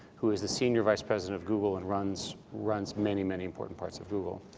who is the senior vice president of google and runs runs many, many important parts of google.